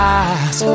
eyes